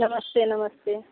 नमस्ते नमस्ते